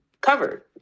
covered